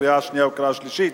קריאה שנייה וקריאה שלישית.